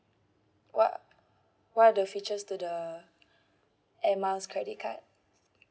what what are the features to the air miles credit card